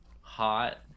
hot